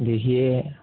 دیکھیے